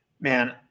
Man